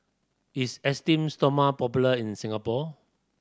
is Esteem Stoma popular in Singapore